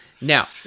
now